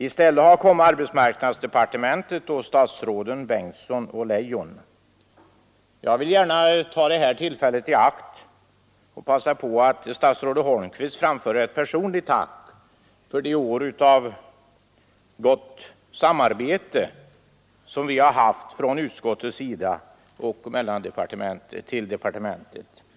I stället har arbetsmarknadsdepartementet kommit och statsråden Bengtsson och Leijon. Jag vill gärna ta detta tillfälle i akt att till statsrådet Holmqvist framföra ett personligt tack för de år av gott samarbete som vi från utskottets sida haft med departementet.